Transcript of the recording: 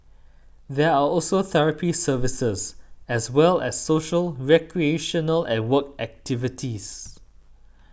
there are also therapy services as well as social recreational and work activities